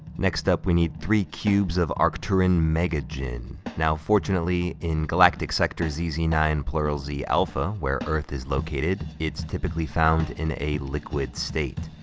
next up, we need three cubes of arcturan mega-gin. now, fortunately, in galactic sector z z nine plural z alpha where earth is located, it's typically found in a liquid state.